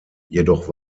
jedoch